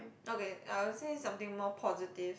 okay I would say something more positive